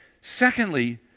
Secondly